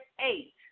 eight